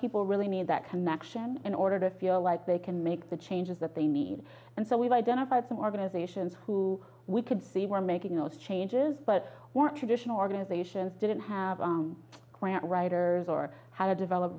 people really need that connection in order to feel like they can make the changes that they need and so we've identified some organizations who we could see were making all the changes but weren't traditional organizations didn't have grant writers or how to develop